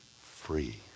Free